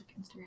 Instagram